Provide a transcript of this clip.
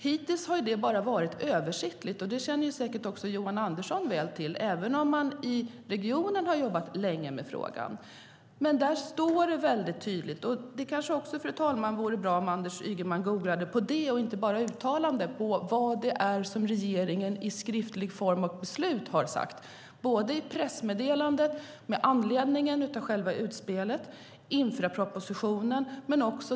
Hittills har det bara varit översiktligt - det känner säkert Johan Andersson väl till - även om man i regionen har jobbat länge med frågan. Det står väldig tydligt. Fru talman! Det kanske vore bra om Anders Ygeman också googlade på det och inte bara på uttalanden. Det gäller var regeringen har sagt i skriftligt form i beslut. Det finns pressmeddelanden i anledning av själva utspelet och infrastrukturpropositionen.